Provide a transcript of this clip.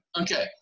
Okay